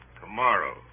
Tomorrow